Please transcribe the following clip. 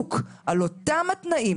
בדיוק על אותם התנאים,